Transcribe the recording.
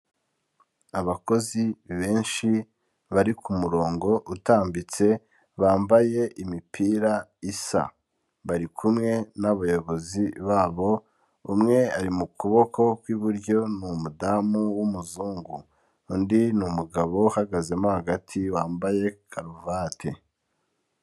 Abakozi benshi bari ku murongo utambitse, bambaye imipira isa. Bari kumwe n'abayobozi babo, umwe ari mu kuboko ku iburyo, ni umudamu w'umuzungu. Undi ni umugabo uhagazemo hagati, wambaye karuvati.